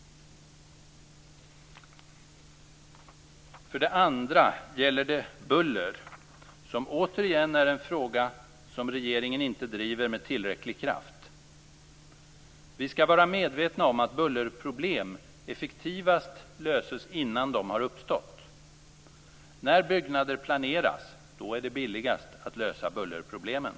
För det andra gäller det buller - återigen en fråga som regeringen inte driver med tillräcklig kraft. Vi skall vara medvetna om att bullerproblem effektivast löses innan de har uppstått. Det är när byggnader planeras som det är billigast att lösa bullerproblemen.